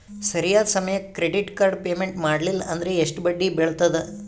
ಸರಿಯಾದ ಸಮಯಕ್ಕೆ credit card payment ಮಾಡಲಿಲ್ಲ ಅಂದ್ರೆ ಎಷ್ಟು ಬಡ್ಡಿ ಬೇಳ್ತದ?